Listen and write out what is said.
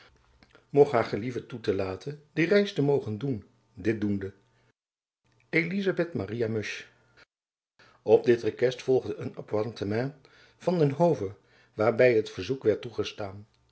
haer gelieve toe te laten die reis te mogen doen dit doende w get elisabet maria musch op dit rekest volgde een appointement van den hove waarby t verzoek werd toegestaan